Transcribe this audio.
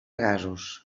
gasos